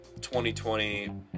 2020